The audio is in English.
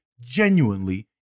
genuinely